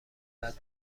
بعد